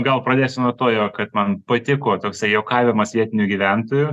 gal pradėsiu nuo to jo kad man patiko toksai juokavimas vietinių gyventojų